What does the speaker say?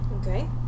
Okay